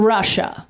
Russia